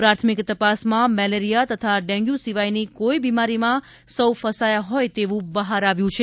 પ્રાથમિક તપાસમાં મેલેરિયા તથા ડેન્ગ્યુ સિવાયની કોઇ બિમારીમાં સૌ ફસાયા હોય તેવું બહાર આવ્યું છે